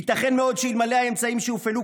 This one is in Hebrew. ייתכן מאוד שאלמלא האמצעים שהופעלו